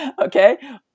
Okay